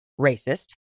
racist